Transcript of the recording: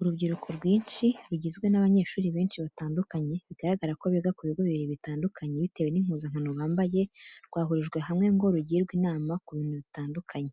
Urubyiruko rwinshi rugizwe n'abanyeshuri benshi batandukanye bigaragara ko biga ku bigo bibiri bitandukanye bitewe n'impuzankano bambaye rwahurijwe hamwe ngo rugirwe inama ku bintu bitandukanye.